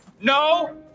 no